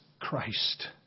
Christ